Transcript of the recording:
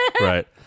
Right